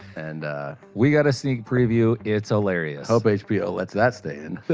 and we got a sneak preview. it's hilarious. i hope hbo let's that stay in.